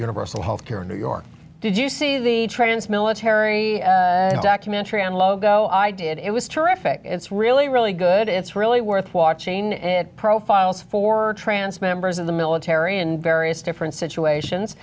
universal health care in new york did you see the trends military documentary and logo i did it was terrific it's really really good it's really worth watching and it profiles for trance members of the military and various different situations